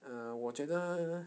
err 我觉得